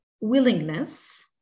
willingness